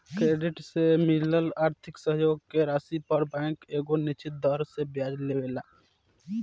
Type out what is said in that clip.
credit से मिलल आर्थिक सहयोग के राशि पर बैंक एगो निश्चित दर से ब्याज लेवेला